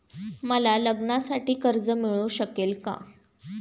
मला लग्नासाठी कर्ज मिळू शकेल का?